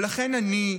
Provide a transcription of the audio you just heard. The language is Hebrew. ולכן אני,